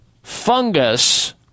fungus